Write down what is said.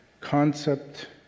concept